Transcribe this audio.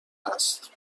هست